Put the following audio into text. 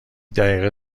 دقیقه